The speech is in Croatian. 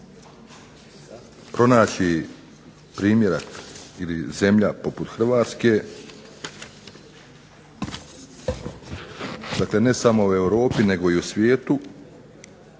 pronaći primjerak ili zemlja poput Hrvatske, dakle ne samo u Europi nego i u svijetu,